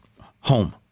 home